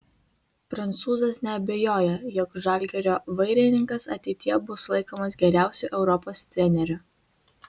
prancūzas neabejoja jog žalgirio vairininkas ateityje bus laikomas geriausiu europos treneriu